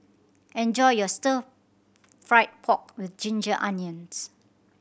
enjoy your Stir Fried Pork With Ginger Onions